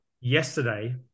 yesterday